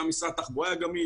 גם משרד התחבורה היה גמיש,